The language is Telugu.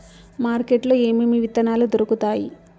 మార్కెట్ లో ఏమేమి విత్తనాలు దొరుకుతాయి